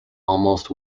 almost